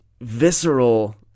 visceral